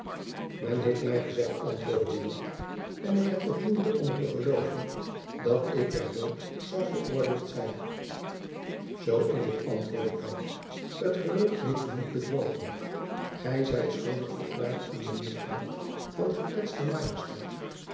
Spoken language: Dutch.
men heeft my gezegd antwoordde buat en ik heb nog moeite om het te gelooven dat ik ter dood zoû veroordeeld zijn zoo is het antwoordde pauw het gerucht heeft u niet bedrogen gy zijt schuldig verklaard aan de misdaad van gekwetste majesteit